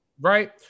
right